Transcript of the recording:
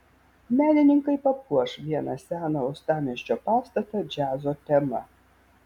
menininkai papuoš vieną seną uostamiesčio pastatą džiazo tema